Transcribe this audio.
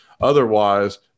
otherwise –